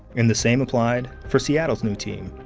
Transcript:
and the same applied for seattle's new team.